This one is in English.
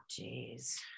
Jeez